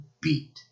beat